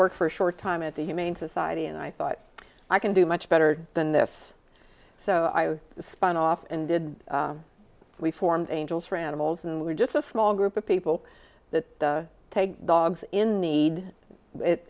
worked for a short time at the humane society and i thought i can do much better than this so i spun off and did we formed angels for animals and we're just a small group of people that take dogs in the need